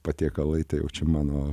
patiekalai tai jaučia mano